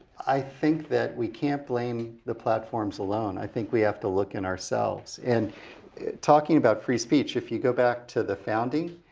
i think that we can't blame the platforms alone, i think we have to look in ourselves. and talking about free speech, if you go back to the founding.